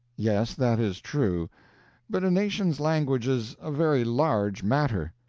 yes, that is true but a nation's language is a very large matter.